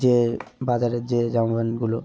যে বাজারের যে জামা প্যান্টগুলো